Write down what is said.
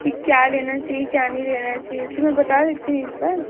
कि क्या लेना चाहिए क्या नहीं लेना चाहिए तो मैं बता देती हूँ एक बार